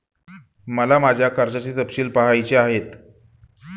मला माझ्या कर्जाचे तपशील पहायचे आहेत